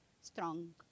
strong